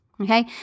Okay